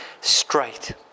straight